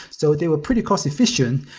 so they were pretty cost efficient.